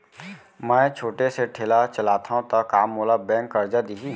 मैं छोटे से ठेला चलाथव त का मोला बैंक करजा दिही?